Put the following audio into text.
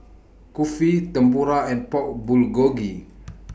Kulfi Tempura and Pork Bulgogi